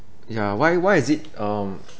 ya why why is it um